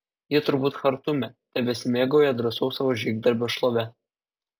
ji turbūt chartume tebesimėgauja drąsaus savo žygdarbio šlove